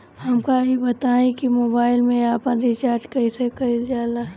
हमका ई बताई कि मोबाईल में आपन रिचार्ज कईसे करल जाला?